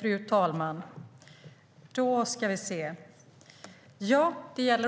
Fru talman! Jag skulle vilja börja